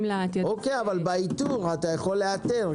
לה תיעדוף --- אוקיי אבל באיתור אתה יכול לאתר.